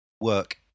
work